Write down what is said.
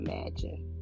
imagine